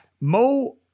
Mo